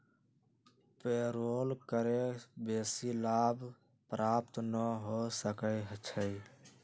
payroll कर बेशी लाभ प्राप्त न हो सकै छइ